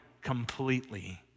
completely